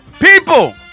People